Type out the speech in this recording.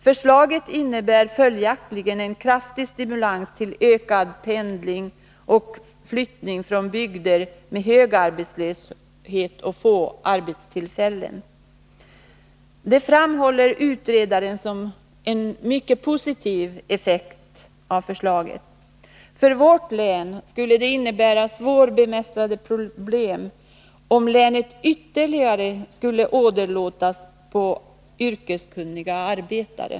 Förslaget innebär följaktligen en kraftig stimulans till ökad pendling och flyttning till bygder med hög arbetslöshet och få arbetstillfällen. Detta framhåller utredaren som en mycket positiv effekt av förslaget. För vårt län skulle det innebära svårbemästrade problem, om länet ytterligare skulle åderlåtas på kunniga yrkesarbetare.